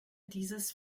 dieses